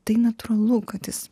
tai natūralu kad jis